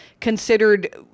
considered